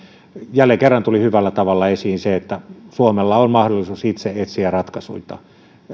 jälleen kerran tuli hyvällä tavalla esiin se että suomella on mahdollisuus itse etsiä ratkaisuita